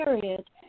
period